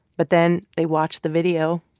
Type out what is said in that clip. but then they watched the video,